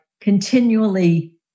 Continually